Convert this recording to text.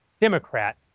Democrat